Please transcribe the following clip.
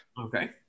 Okay